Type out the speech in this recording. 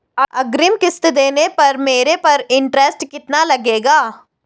अग्रिम किश्त देने पर मेरे पर इंट्रेस्ट कितना लगेगा?